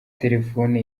telefone